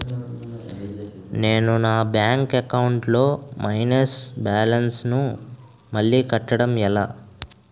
నేను నా bank account లొ మైనస్ బాలన్స్ ను మళ్ళీ కట్టడం ఎలా?